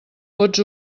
pots